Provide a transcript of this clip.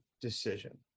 Decision